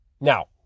Now